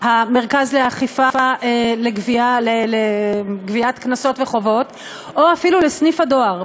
המרכז לגביית קנסות וחובות או אפילו לסניף הדואר,